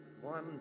One